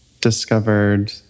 discovered